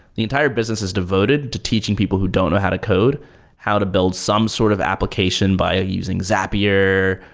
the entire business is devoted to teaching people who don't know how to code how to build some sort of application by using zapier,